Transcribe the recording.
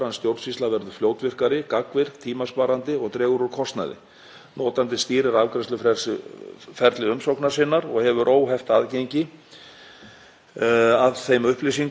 að þeim upplýsingum sem hann sjálfur setur inn. Hann getur sótt eða eytt upplýsingum þegar það á við og fylgst með því hvar í ferli umsókn hans er stödd.